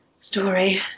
story